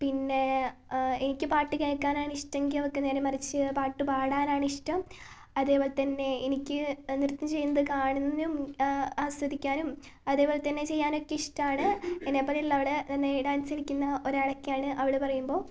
പിന്നെ എനിക്ക് പാട്ട് കേൾ ക്കാനാണിഷ്ടെങ്കിൽ അവൾക്ക് നേരെമറിച്ച് പാട്ട് പാടാനാണിഷ്ടം അതേപോലെതന്നെ എനിക്ക് നൃത്തം ചെയ്യുന്നത് കാണുന്നതിനും ആസ്വദിക്കാനും അതേപോലെതന്നെ ചെയ്യാനൊക്കെ ഇഷ്ടാണ് എന്നെപോലെയല്ലവള് ഡാൻസ് കളിക്കുന്ന ഒരാളൊക്കെയാണ് അവള് പറയുമ്പോൾ